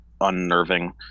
unnerving